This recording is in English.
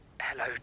Hello